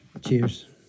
Cheers